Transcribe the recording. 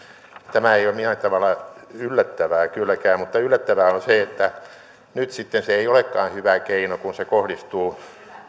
tämä ei ole millään tavalla yllättävää kylläkään mutta yllättävää on se että nyt sitten se ei olekaan hyvä keino kun se kohdistuu